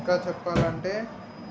ఇంకా చెప్పాలంటే